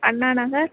Anna Nagar